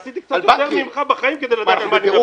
עשיתי קצת יותר ממך בחיים כדי לדעת על מה אני מדבר.